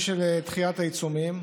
דחיית העיצומים.